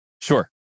Sure